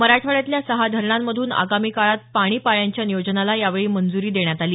मराठवाड्यातल्या सहा धरणांमधून आगामी काळात पाणी पाळ्यांच्या नियोजनाला यावेळी मंजूरी देण्यात आली